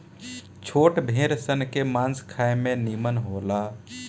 छोट भेड़ सन के मांस खाए में निमन होला